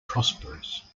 prosperous